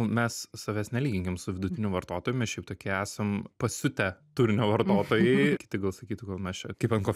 mes savęs nelyginkim su vidutiniu vartotoju ir šiaip tokie esam pasiutę turinio vartotojai kiti gal sakytų gal mes čia kaip ant ko